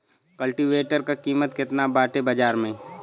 कल्टी वेटर क कीमत केतना बाटे बाजार में?